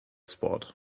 spot